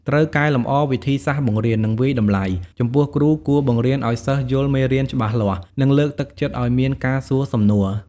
ត្រូវកែលម្អវិធីសាស្ត្របង្រៀន និងវាយតម្លៃ ចំពោះគ្រូគួរបង្រៀនឱ្យសិស្សយល់មេរៀនច្បាស់លាស់ និងលើកទឹកចិត្តឱ្យមានការសួរសំណួរ។